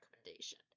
recommendation